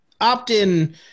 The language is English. opt-in